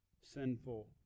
sinful